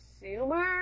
consumer